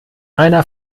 einer